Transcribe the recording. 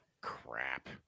Crap